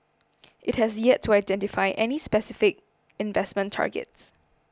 it has yet to identify any specific investment targets